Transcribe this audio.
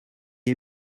est